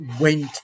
went